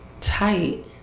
tight